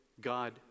God